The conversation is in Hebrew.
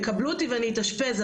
יקבלו אותי ואני אתאשפז,